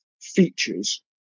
features